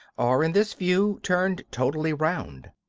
are, in this view, turned totally round.